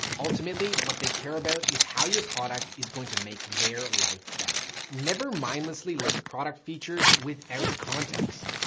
ultimately, what they care about is how your product is going to make their life better. never mindlessly list product features without context.